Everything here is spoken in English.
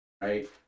right